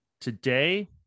Today